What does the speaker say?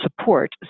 support